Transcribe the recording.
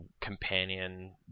companion